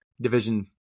division